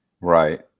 Right